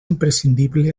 imprescindible